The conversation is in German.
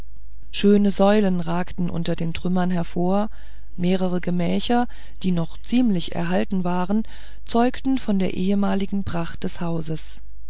schöne säulen ragten unter den trümmern hervor mehrere gemächer die noch ziemlich erhalten waren zeugten von der ehemaligen pracht des hauses